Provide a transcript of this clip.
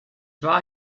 war